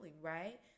right